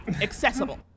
accessible